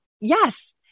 Yes